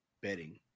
betting